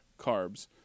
carbs